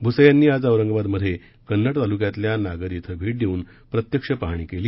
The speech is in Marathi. भुसे यांनी आज औरंगाबादमधे कन्नड तालुक्यातल्या नागद भेट देऊन प्रत्यक्ष पाहणी केली